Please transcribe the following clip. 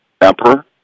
emperor